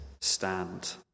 stand